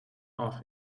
off